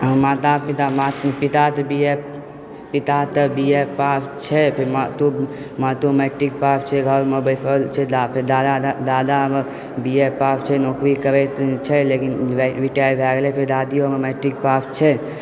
हमर माता पिता पिता तऽ बी ए पिता तऽ बी ए पास छथि मातो मैट्रिक पास छै घरमे बैसल छै फेर दादा दा दादा हमर बी ए पास छै नौकरी करय छै लेकिन रिटायर भए गेलै फेर दादियों हमर मैट्रिक पास छै